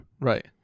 right